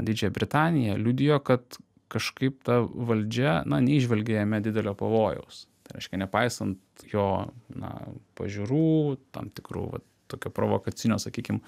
didžiąją britaniją liudijo kad kažkaip ta valdžia na neįžvelgė jame didelio pavojaus tai reiškia nepaisant jo na pažiūrų tam tikrų va tokio provokacinio sakykim